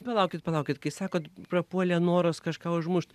palaukit palaukit kai sakot prapuolė noras kažką užmušt